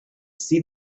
see